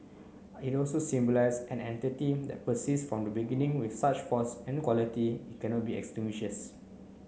it also symbolise an entity that persists from the beginning with such force and quality it cannot be extinguished